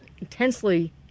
intensely –